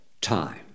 time